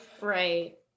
Right